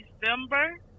December